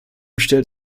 stellt